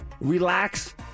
relax